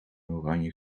oranje